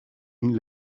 une